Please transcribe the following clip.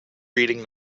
reading